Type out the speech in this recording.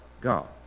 God